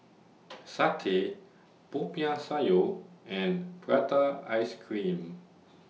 Satay Popiah Sayur and Prata Ice Cream